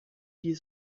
die